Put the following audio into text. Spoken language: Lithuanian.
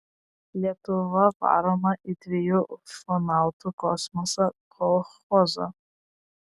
lietuva varoma į dviejų ufonautų kosmosą kolchozą